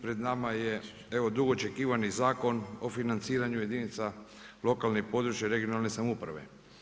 Pred nama je evo dugo očekivani Zakon o financiranju jedinica lokalne i područne (regionalne) samouprave.